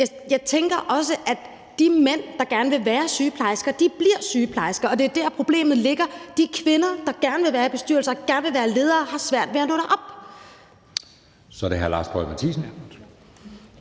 jeg tænker også, at de mænd, der gerne vil være sygeplejersker, bliver sygeplejersker, og det er der, problemet ligger, for de kvinder, der gerne vil være i bestyrelser og gerne vil være ledere, har svært ved at nå derop. Kl. 17:56 Anden næstformand